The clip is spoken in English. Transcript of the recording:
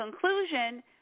conclusion